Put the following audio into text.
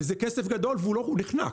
וזה כסף גדול והוא נחנק.